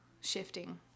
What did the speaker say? shifting